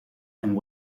and